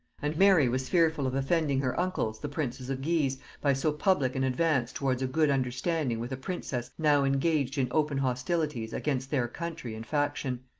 and mary was fearful of offending her uncles the princes of guise by so public an advance towards a good understanding with a princess now engaged in open hostilities against their country and faction.